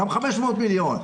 גם 500 מיליון,